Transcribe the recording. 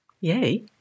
Yay